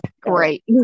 Great